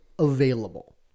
available